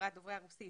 שבחברת דוברי הרוסית